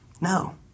No